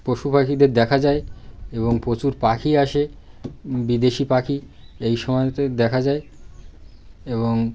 পশু পাখিদের দেখা যায় এবং প্রচুর পাখি আসে বিদেশি পাখি এই সময়তে দেখা যায় এবং